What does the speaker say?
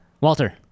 Walter